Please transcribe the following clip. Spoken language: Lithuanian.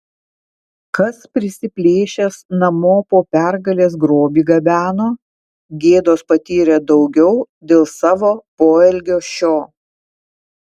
kas prisiplėšęs namo po pergalės grobį gabeno gėdos patyrė daugiau dėl savo poelgio šio